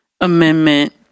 Amendment